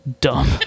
dumb